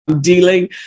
dealing